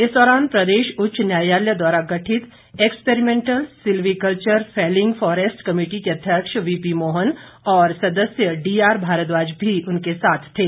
इस दौरान प्रदेश उच्च न्यायालय द्वारा गठित experimental silviculture falling forest committee के अध्यक्ष वीपीमोहन और सदस्य डीआरभारद्वाज भी उनके साथ थे